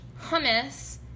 hummus